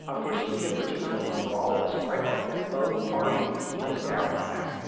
ah for steve in particular, but for all of us at breitbart, that both parties let us down on that.